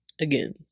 again